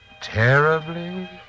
terribly